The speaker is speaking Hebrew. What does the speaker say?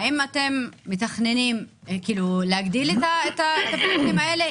האם אתם מתכננים להגדיל את מספר הפרויקטים האלה?